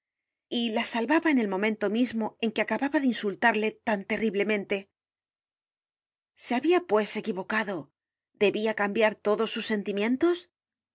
y la salvaba en el momento mismo en que acababa de insultarle tan terriblemente se habia pues equivocado debia cambiar todos sus sentimientos